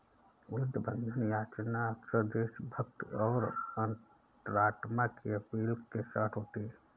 युद्ध बंधन याचना अक्सर देशभक्ति और अंतरात्मा की अपील के साथ होती है